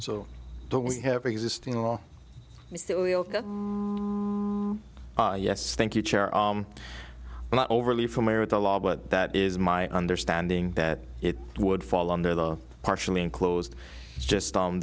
so don't we have existing law yes thank you chair not overly familiar with the law but that is my understanding that it would fall under law partially enclosed just on